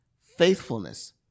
faithfulness